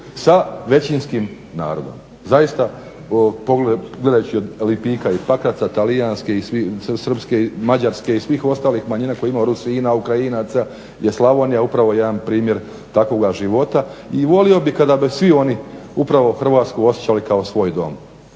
sa većinskim narodom. Zaista, gledajući od Lipika i Pakaraca, talijanske, srpske, mađarske i svih ostalih manjina koje imamo, Rusina, Ukrajinaca je Slavonija upravo jedan primjer takvoga života i volio bih kada bi svi oni upravo Hrvatsku osjećali kao svoj dom,